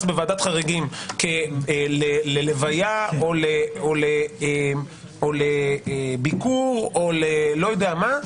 בוועדת חריגים ללוויה או לביקור או ללא יודע מה,